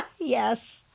Yes